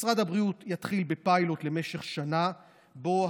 משרד הבריאות יתחיל בפיילוט למשך שנה שבו